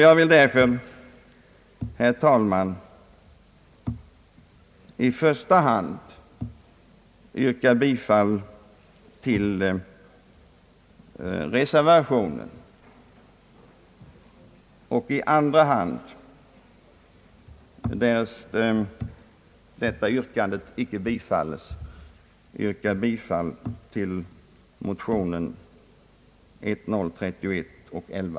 Jag yrkar därför, herr talman, i första